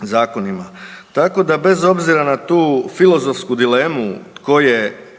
zakonima. Tako da bez obzira na tu filozofsku dilemu tko je